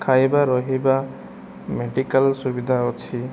ଖାଇବା ରହିବା ମେଡ଼ିକାଲ ସୁବିଧା ଅଛି